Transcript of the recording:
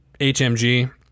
HMG